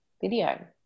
video